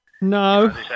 No